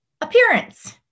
appearance